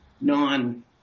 non